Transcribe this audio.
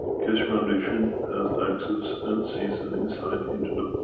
keshe foundation has access and sees an insight into the,